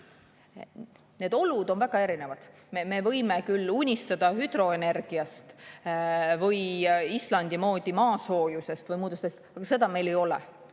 need olud on väga erinevad. Me võime küll unistada hüdroenergiast või Islandi moodi maasoojusest või muudest asjadest, aga meil seda ei ole.